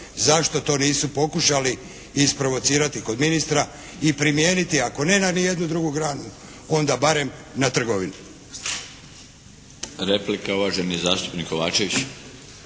zašto to nisu pokušali isprovocirati kod ministra i primijeniti ako ne na ni jednu drugu granu onda barem na trgovinu. **Milinović,